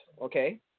okay